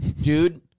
Dude